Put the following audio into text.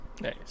Nice